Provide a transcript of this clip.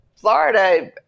Florida